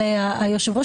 היושב ראש,